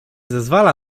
zezwala